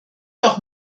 doch